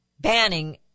banning